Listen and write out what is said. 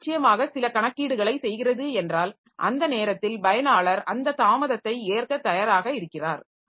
அது நிச்சயமாக சில கணக்கீடுகளைச் செய்கிறது என்றால் அந்த நேரத்தில் பயனாளர் அந்த தாமதத்தை ஏற்கத் தயாராக இருக்கிறார்